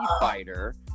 fighter